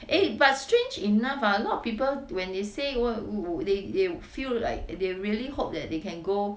eh but strange enough ah a lot of people when they say what would would they they would feel like they really hope that they can go